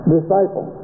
Disciple